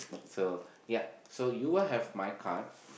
so yeah so you will have my card